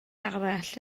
arall